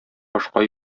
башка